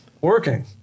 working